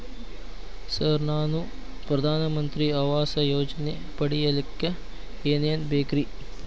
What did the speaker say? Sir ನಾನು ಪ್ರಧಾನ ಮಂತ್ರಿ ಆವಾಸ್ ಯೋಜನೆ ಪಡಿಯಲ್ಲಿಕ್ಕ್ ಏನ್ ಏನ್ ಬೇಕ್ರಿ?